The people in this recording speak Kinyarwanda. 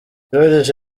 joriji